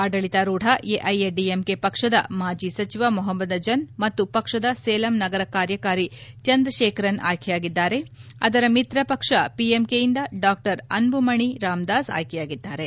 ಆಡಳಿತಾರೂಢ ಎಐಎಡಿಎಂಕೆ ಪಕ್ಷದ ಮಾಜಿ ಸಚಿವ ಮೊಹಮ್ದದ್ ಜನ್ ಮತ್ತು ಪಕ್ಷದ ಸೇಲಂ ನಗರ ಕಾರ್ಯಕಾರಿ ಚಂದ್ರಶೇಖರನ್ ಆಯ್ಕೆಯಾಗಿದ್ದರೆ ಅದರ ಮಿತ್ರ ಪಕ್ಷ ಪಿಎಂಕೆಯಿಂದ ಡಾಕ್ಟರ್ ಅನ್ದುಮಣಿ ರಾಮ್ದಾಸ್ ಆಯ್ಕೆಯಾಗಿದ್ದಾರೆ